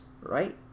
right